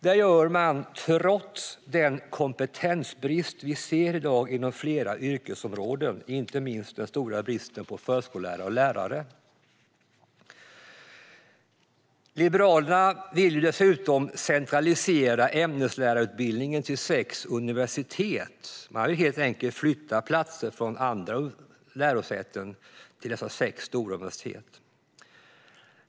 Det gör de trots den kompetensbrist som vi ser i dag inom flera yrkesområden, inte minst den stora bristen på förskollärare och lärare. Liberalerna vill dessutom centralisera ämneslärarutbildningen till sex universitet. De vill helt enkelt flytta platser från andra lärosäten till dessa sex stora universitet.